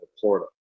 Florida